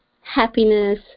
happiness